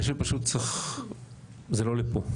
אני חושב שזה לא לפה.